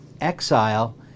Exile